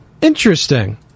Interesting